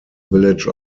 village